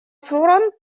фронт